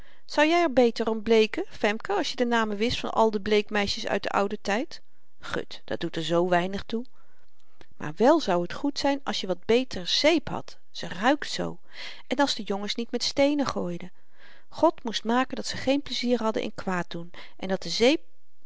zou jy r beter om bleeken femke als je de namen wist van al de bleekmeisjes uit den ouden tyd gut dat doet er zoo weinig toe maar wèl zou t goed zyn als je wat beter zeep had ze ruikt zoo en als de jongens niet met steenen gooiden god moest maken dat ze geen pleizier hadden in kwaaddoen en dat de zeep